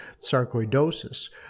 sarcoidosis